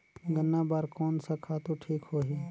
गन्ना बार कोन सा खातु ठीक होही?